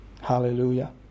Hallelujah